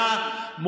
גברתי השרה,